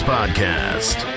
Podcast